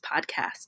Podcast